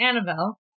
Annabelle